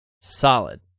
solid